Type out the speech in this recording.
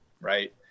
Right